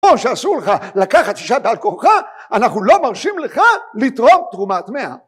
כמו שאסור לך לקחת אשה בעל כורחה, אנחנו לא מרשים לך לתרום תרומה טמאה.